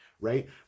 right